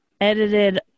edited